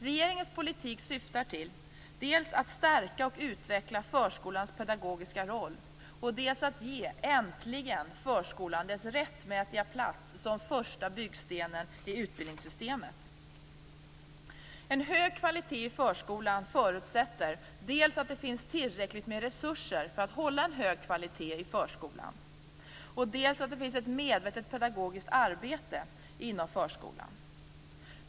Regeringens politik syftar dels till att stärka och utveckla förskolans pedagogiska roll, dels till att äntligen ge förskolan dess rättmätiga plats som den första byggstenen i utbildningssystemet. En hög kvalitet i förskolan förutsätter dels att det finns tillräckligt med resurser för att hålla en hög kvalitet i förskolan, dels att det finns ett medvetet pedagogiskt arbete inom förskolan.